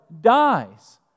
dies